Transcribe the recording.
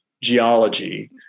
geology